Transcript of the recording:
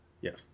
yes